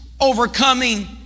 overcoming